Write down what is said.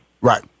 Right